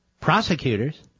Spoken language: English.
prosecutors